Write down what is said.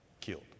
killed